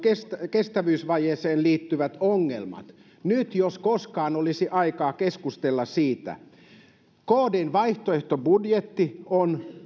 kestävyysvajeeseen liittyvät ongelmat nyt jos koskaan olisi aikaa keskustella siitä kdn vaihtoehtobudjetti on